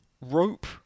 Rope